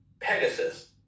Pegasus